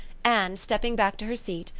anne, stepping back to her seat,